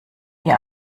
ihr